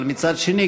אבל מצד שני,